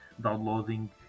downloading